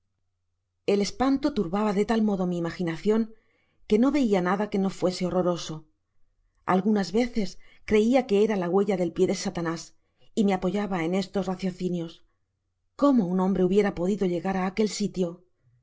el espanto turbaba de tal modo mi imaginacion que no veia nada que no fuese horroroso algunas veces creia que era la huella del pié de satanás y me apoyaba en estos raciocinios cómo un hombre hubiera podido llegar a aquel sitio